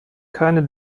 keine